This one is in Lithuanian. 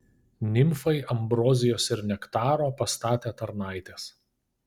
nimfai ambrozijos ir nektaro pastatė tarnaitės